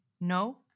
no